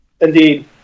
Indeed